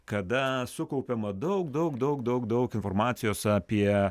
kada sukaupiama daug daug daug daug daug informacijos apie